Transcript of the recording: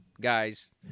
guys